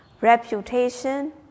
reputation